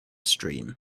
stream